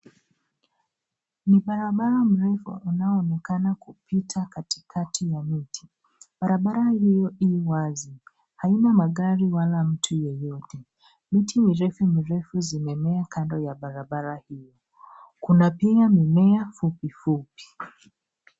Ni barabara mrefu unaoonekana kupita katikati ya miti. Barabara hiyo i wazi, haina magari wala mtu yeyote. Miti mirefu mirefu zimemea kando ya barabara hii. Kuna pia mimea fupi fupi.